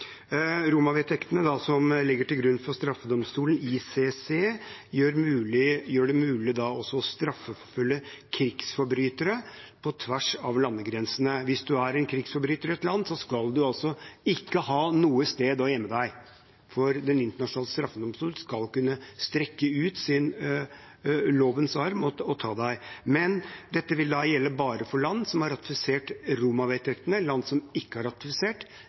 som ligger til grunn for straffedomstolen, ICC, gjør det mulig også å straffeforfølge krigsforbrytere på tvers av landegrensene. Hvis man er krigsforbryter i et land, skal man altså ikke ha noe sted å gjemme seg, for Den internasjonale straffedomstolen skal kunne strekke ut lovens lange arm og ta en. Men dette vil gjelde bare for land som har ratifisert Roma-vedtektene. I land som ikke har ratifisert,